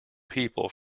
people